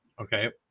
Okay